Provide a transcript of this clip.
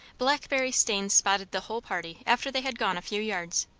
blackberry stains spotted the whole party after they had gone a few yards,